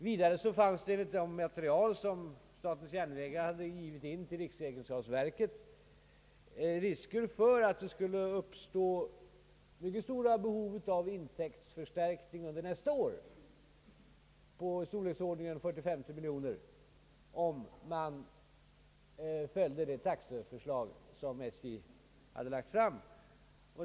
Vidare fanns det — enligt SJ:s till riksrevisionsverket ingivna material — risk för att det skulle uppstå mycket stora behov av intäktsförstärkning nästa år, i storleksordningen 40 å 50 miljoner, om man följde SJ:s taxeförslag.